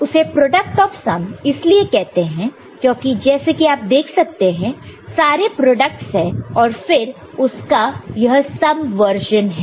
उसे product of sum इसलिए कहते हैं क्योंकि जैसे कि आप देख सकते हैं सारे प्रोडक्टस है और फिर उसका यह सम वर्जन है